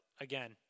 again